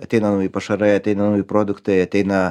ateina nauji pašarai ateina nauji produktai ateina